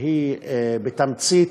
והיא בתמצית: